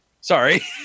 Sorry